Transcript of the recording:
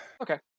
Okay